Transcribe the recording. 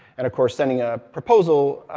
and of course sending a proposal,